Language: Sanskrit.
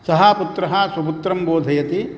सः पुत्रः स्वपुत्रं बोधयति